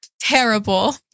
Terrible